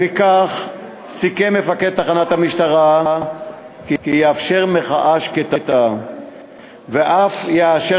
לפיכך סיכם מפקד תחנת המשטרה כי יאפשר מחאה שקטה ואף יאשר